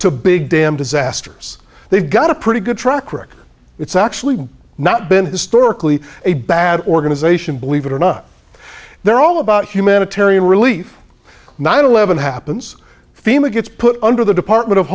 to big dam disasters they've got a pretty good track record it's actually not been historically a bad organization believe it or not they're all about humanitarian relief nine eleven happens fema gets put under the department of